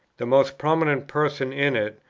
the most prominent person in it,